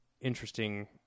interesting